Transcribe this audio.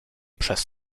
przez